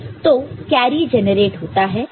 तो carry generate होता है